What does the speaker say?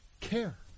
care